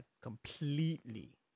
completely